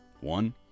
one